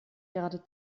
gerade